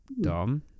Dom